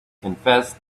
confessed